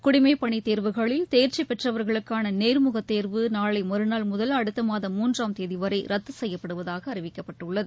குடிமைப்பணிதேர்வுகளில் தேர்ச்சிபெற்றவர்களுக்கானநேர்முகத் தேர்வு நாளைமறுநாள் முதல் அடுத்தமாதம் மூன்றாம் தேதிவரைரத்துசெய்யப்படுவதாகஅறிவிக்கப்பட்டுள்ளது